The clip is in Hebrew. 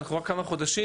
אנחנו רק כמה חודשים.